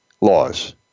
laws